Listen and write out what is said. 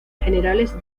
generales